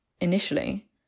initially